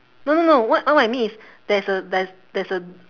no no no what what I mean is there's a there's there's a